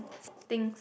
thing